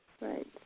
Right